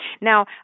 Now